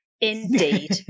indeed